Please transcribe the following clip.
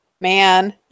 man